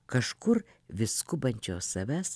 kažkur vis skubančios savęs